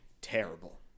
terrible